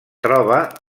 troba